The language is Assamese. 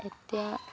তেতিয়া